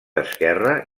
esquerra